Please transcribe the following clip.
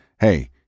Hey